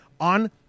on